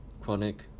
chronic